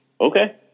Okay